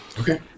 Okay